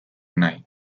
nahi